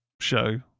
show